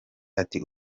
ati